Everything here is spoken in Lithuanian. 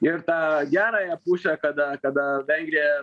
ir tą gerąją pusę kada kada vengrija